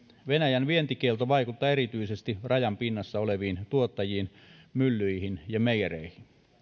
venäjän vientikielto vaikuttaa erityisesti rajan pinnassa oleviin tuottajiin myllyihin ja meijereihin